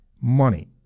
Money